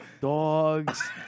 dogs